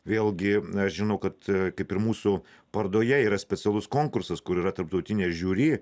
vėlgi žinau kad kaip ir mūsų parodoje yra specialus konkursas kur yra tarptautinė žiuri